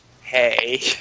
hey